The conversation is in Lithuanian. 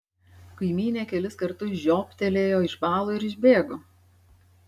kaimynė kelis kartus žiobtelėjo išbalo ir išbėgo